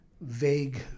vague